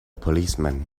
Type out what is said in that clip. policeman